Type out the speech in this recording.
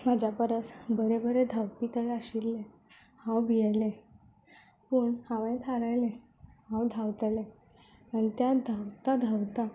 म्हज्या परस बरे बरे धांवपी थंय आशिल्ले हांव भियेलें पूण हांवें थारायलें हांव धांवतलें आनी तें धांवता धांवता